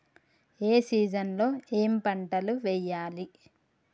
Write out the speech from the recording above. ఏ season లో ఏం పంటలు వెయ్యాలి?